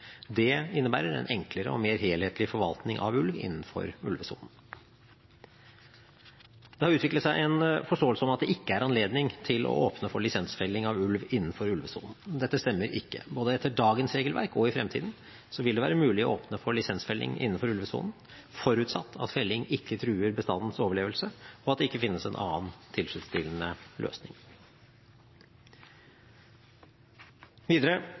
Det innebærer en enklere og mer helhetlig forvaltning av ulv innenfor ulvesonen. Det har utviklet seg en forståelse om at det ikke er anledning til å åpne for lisensfelling av ulv innenfor ulvesonen. Dette stemmer ikke. Både etter dagens regelverk og i fremtiden vil det være mulig å åpne for lisensfelling innenfor ulvesonen, forutsatt at felling ikke truer bestandens overlevelse, og at det ikke finnes en annen tilfredsstillende løsning. Videre